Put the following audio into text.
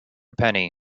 penny